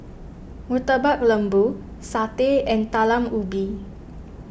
Murtabak Lembu Satay and Talam Ubi